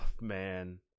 man